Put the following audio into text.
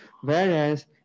whereas